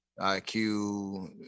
IQ